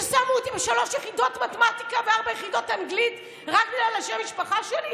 ששמו אותי ב-3 יחידות מתמטיקה ו-4 יחידות אנגלית רק בגלל שם המשפחה שלי,